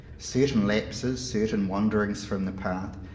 certain lapses, certain wander ings from the path,